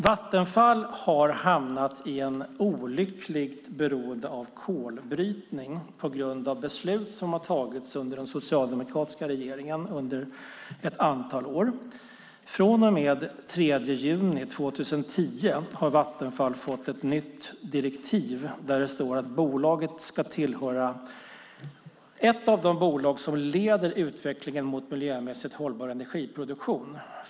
Vattenfall har hamnat i ett olyckligt beroende av kolbrytning på grund av beslut som har fattats under den socialdemokratiska regeringen under ett antal år. Från och med den 3 juni 2010 har Vattenfall ett nytt direktiv där det står att bolaget ska vara ett av de bolag som leder utvecklingen mot miljömässigt hållbar energiproduktion.